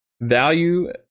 value